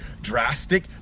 drastic